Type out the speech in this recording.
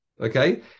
Okay